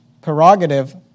prerogative